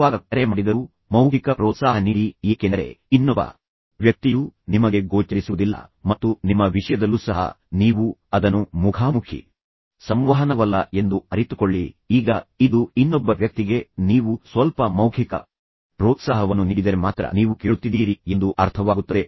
ಯಾವಾಗ ಕರೆ ಮಾಡಿದರೂ ಮೌಖಿಕ ಪ್ರೋತ್ಸಾಹ ನೀಡಿ ಏಕೆಂದರೆ ಇನ್ನೊಬ್ಬ ವ್ಯಕ್ತಿಯು ನಿಮಗೆ ಗೋಚರಿಸುವುದಿಲ್ಲ ಮತ್ತು ನಿಮ್ಮ ವಿಷಯದಲ್ಲೂ ಸಹ ನೀವು ಅದನ್ನು ಮುಖಾಮುಖಿ ಸಂವಹನವಲ್ಲ ಎಂದು ಅರಿತುಕೊಳ್ಳಿ ಈಗ ಇದು ಇನ್ನೊಬ್ಬ ವ್ಯಕ್ತಿಗೆ ನೀವು ಸ್ವಲ್ಪ ಮೌಖಿಕ ಪ್ರೋತ್ಸಾಹವನ್ನುನೀಡಿದರೆ ಮಾತ್ರ ನೀವು ಕೇಳುತ್ತಿದ್ದೀರಿ ಎಂದು ಅರ್ಥವಾಗುತ್ತದೆ